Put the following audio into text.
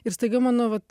ir staiga mano vat